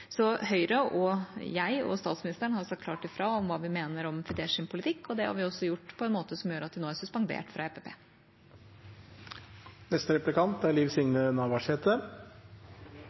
Så Høyre og jeg og statsministeren har sagt klart ifra om hva vi mener om Fidesz’ politikk, og det har vi også gjort på en måte som har gjort at de nå er suspendert fra